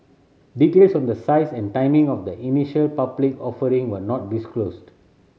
details on the size and timing of the initial public offering were not disclosed